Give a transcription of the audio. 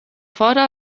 fora